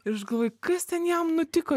ir aš galvoju kas ten jam nutiko